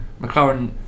McLaren